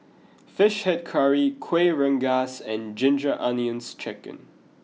Fish Head Curry Kuih Rengas and Ginger Onions Chicken